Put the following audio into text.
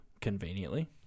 conveniently